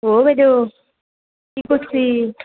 অঁ বাইদেউ কি কচ্ছি